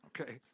okay